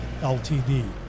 LTD